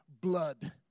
blood